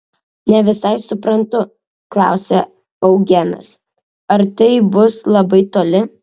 ne visai suprantu klausė eugenas ar tai bus labai toli